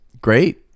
Great